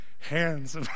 hands